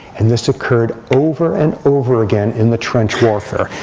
and this occurred over and over again in the trench warfare,